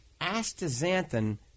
astaxanthin